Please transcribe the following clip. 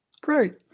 Great